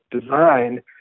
design